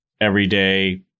everyday